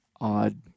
odd